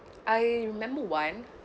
I remember one